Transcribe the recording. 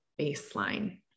baseline